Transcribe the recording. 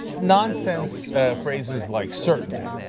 nonsense phrases like certainty.